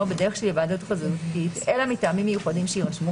בדרך של היוועדות חזותית אלא מטעמים מיוחדים שיירשמו,